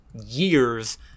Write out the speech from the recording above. years